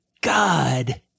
God